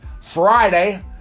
Friday